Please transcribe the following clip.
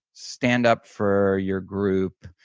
stand up for your group,